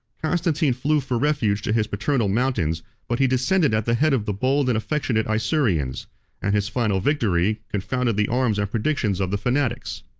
constantine flew for refuge to his paternal mountains but he descended at the head of the bold and affectionate isaurians and his final victory confounded the arms and predictions of the fanatics.